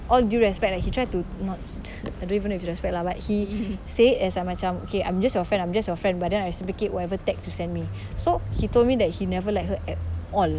all due respect like he try to not I don't even know if he does that lah but he said as like macam okay I'm just your friend I'm just your friend but then I simplicate whatever text you send me so he told me that he never liked her at all